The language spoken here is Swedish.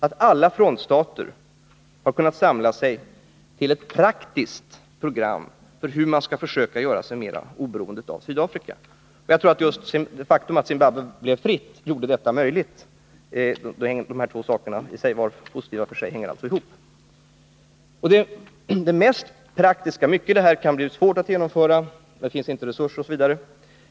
Alla frontstater har nämligen kunnat samla sig till ett praktiskt program för hur man skall försöka göra sig mera oberoende av Sydafrika. Jag tror att det var det faktum att Zimbabwe blev fritt som gjorde detta möjligt. De två i och för sig positiva sakerna hör alltså ihop. Mycket av detta kan bli svårt att genomföra — det finns inte resurser för det osv.